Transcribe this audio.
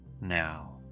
Now